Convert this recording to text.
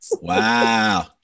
Wow